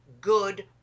good